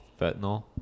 fentanyl